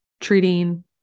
treating